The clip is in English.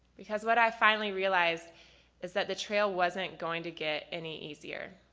because what i finally realized is that the trail wasn't going to get any easier.